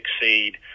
succeed